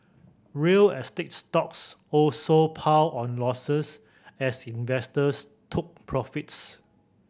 real estate stocks also piled on losses as investors took profits